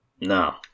no